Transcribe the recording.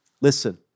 Listen